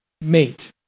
mate